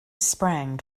sprang